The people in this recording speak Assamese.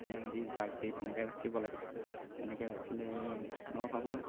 ধূনা দি জাক দি তেনেকৈ ৰাখিব লাগে তেনেকৈ ৰাখিলে মই ভাবোঁ